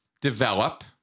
develop